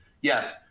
Yes